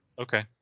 Okay